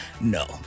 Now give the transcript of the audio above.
No